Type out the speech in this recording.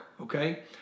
okay